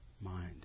mind